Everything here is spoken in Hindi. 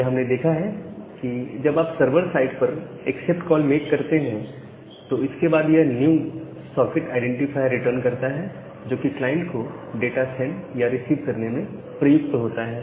यह हमने देखा है कि जब आप सर्वर साइट पर एक्सेप्ट कॉल मेक करते हैं तो इसके बाद यह नया सॉकेट आईडेंटिफायर रिटर्न करता है जोकि क्लाइंट को डाटा सेंड या रिसीव करने में प्रयुक्त होता है